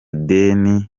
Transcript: deni